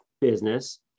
business